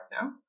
now